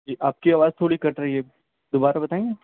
جی آپ کی آواز تھوڑی کٹ رہی ہے دوبارہ بتائیں گے